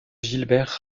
gilbert